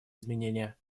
изменения